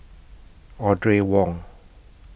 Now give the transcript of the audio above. Audrey Wong